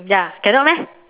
ya cannot meh